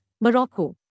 Morocco